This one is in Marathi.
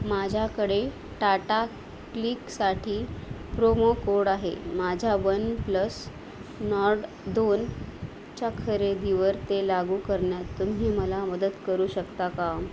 माझ्याकडे टाटा क्लिकसाठी प्रोमो कोड आहे माझ्या वन प्लस नॉड दोनच्या खरेदीवर ते लागू करण्यात तुम्ही मला मदत करू शकता का